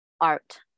art